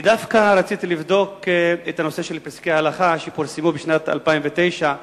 אני דווקא רציתי לבדוק את הנושא של פסקי הלכה שפורסמו בשנת 2009,